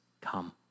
come